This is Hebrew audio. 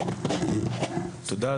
תודה,